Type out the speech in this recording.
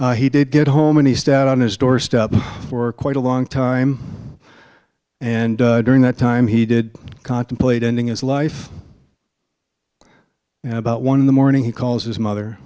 home he did get home and he stepped on his doorstep for quite a long time and during that time he did contemplate ending his life and about one in the morning he calls his mother